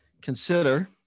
consider